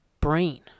brain